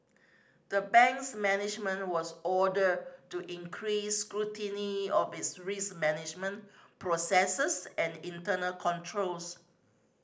the bank's management was ordered to increase scrutiny of its risk management processes and internal controls